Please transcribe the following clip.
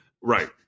right